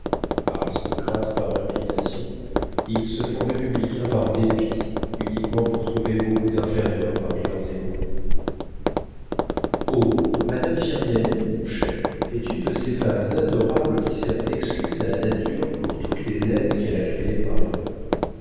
aristocrates par inclination ils se font républicains par dépit uniquement pour trouver beaucoup d'inférieurs parmi leurs égaux oh madame firmiani mon cher est une de ces femmes adorables qui servent d'excuse à la nature pour toutes les laides qu'elle a créées par erreur